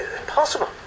impossible